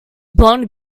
blonde